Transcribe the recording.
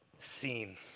seen